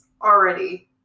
already